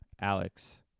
Alex